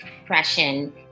depression